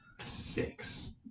Six